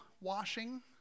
washing